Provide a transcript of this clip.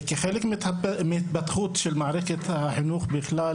כחלק מהתפתחות של מערכת החינוך בכלל,